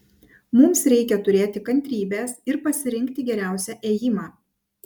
mums reikia turėti kantrybės ir pasirinkti geriausią ėjimą